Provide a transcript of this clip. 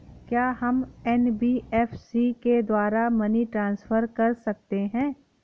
क्या हम एन.बी.एफ.सी के द्वारा मनी ट्रांसफर कर सकते हैं?